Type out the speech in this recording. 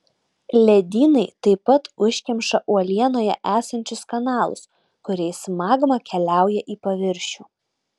ledynai taip pat užkemša uolienoje esančius kanalus kuriais magma keliauja į paviršių